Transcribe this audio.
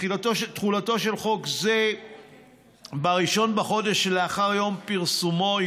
תחילתו של חוק זה ב-1 בחודש שלאחר יום פרסומו,